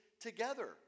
together